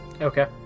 Okay